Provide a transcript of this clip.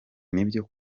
nibyo